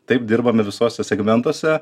taip dirbame visuose segmentuose